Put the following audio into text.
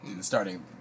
starting